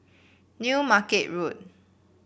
New Market Road